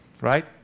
right